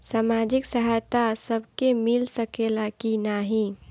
सामाजिक सहायता सबके मिल सकेला की नाहीं?